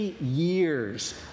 years